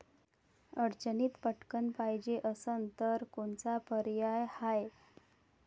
अडचणीत पटकण पायजे असन तर कोनचा पर्याय हाय?